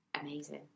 amazing